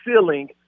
ceiling